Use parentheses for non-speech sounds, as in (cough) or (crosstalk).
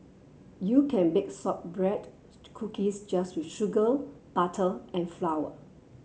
you can bake sort bread (unintelligible) cookies just with sugar butter and flour